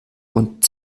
und